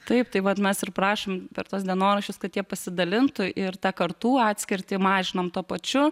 taip tai vat mes ir prašom per tuos dienoraščius kad jie pasidalintų ir tą kartų atskirtį mažinam tuo pačiu